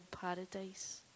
paradise